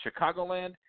Chicagoland